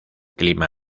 clima